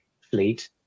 fleet